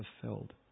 fulfilled